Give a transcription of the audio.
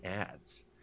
ads